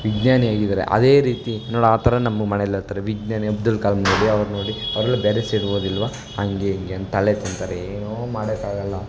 ವಿಜ್ಞಾನಿ ಆಗಿದ್ದಾರೆ ಅದೇ ರೀತಿ ನೋಡಿ ಆ ಥರ ನಮ್ಮ ಮನೇಲಿ ಹೇಳ್ತಾರೆ ವಿಜ್ಞಾನಿ ಅಬ್ದುಲ್ ಕಲಾಮ್ ನೋಡಿ ಅವ್ರು ನೋಡಿ ಅವರೆಲ್ಲ ಬೇರೆ ಸೈಡ್ ಓದಿಲ್ವಾ ಹಾಗೆ ಹೀಗೆ ಅಂತ ತಲೆ ತಿಂತಾರೆ ಏನೂ ಮಾಡೋಕ್ಕಾಗಲ್ಲ